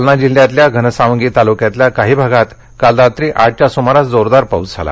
जालना जिल्ह्यातल्या घनसावंगी तालुक्यतल्या काही भागात काल रात्री आठच्या सुमारास जोरदार पाऊस झाला